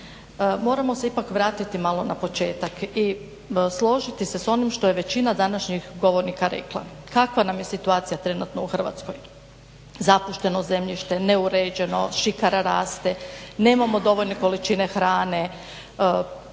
Moramo se ipak vratiti malo na početak i složiti se s onim što je većina današnjih govornika rekla. Kakva nam je situacija trenutno u Hrvatskoj, zapušteno zemljište, neuređeno, šikara raste, nemamo dovoljno količine hrane,